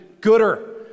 gooder